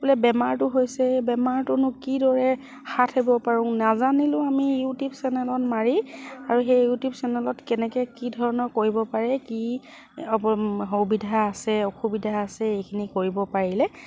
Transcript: বোলে বেমাৰটো হৈছে বেমাৰটোনো কিদৰে হাত সাৰিব পাৰো নাজানিলেও আমি ইউটিউব চেনেলত মাৰি আৰু সেই ইউটিউব চেনেলত কেনেকৈ কি ধৰণৰ কৰিব পাৰে কি সুবিধা আছে অসুবিধা আছে এইখিনি কৰিব পাৰিলে